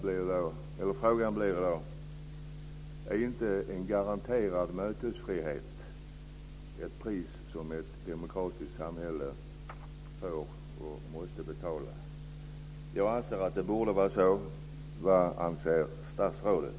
Min fråga blir då: Är inte en garanterad mötesfrihet ett pris som ett demokratiskt samhälle får och måste betala? Jag anser att det borde vara så. Vad anser statsrådet?